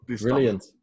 Brilliant